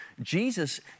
Jesus